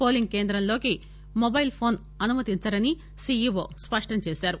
polling కేంద్రంలోకి mobile phone అనుమతించరని CEO స్పష్టంచేశారు